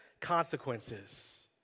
consequences